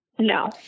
No